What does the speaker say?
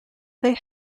they